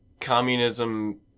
communism